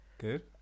Good